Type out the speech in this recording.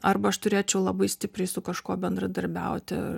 arba aš turėčiau labai stipriai su kažkuo bendradarbiauti